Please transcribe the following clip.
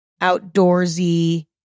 outdoorsy